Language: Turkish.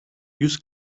yüz